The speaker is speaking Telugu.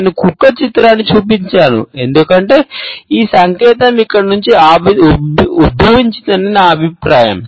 నేను కుక్క చిత్రాన్ని చూపించాను ఎందుకంటే ఈ సంకేతం ఇక్కడ నుండి ఉద్భవించిందని నా అభిప్రాయం